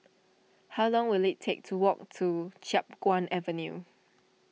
how long will it take to walk to Chiap Guan Avenue